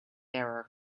error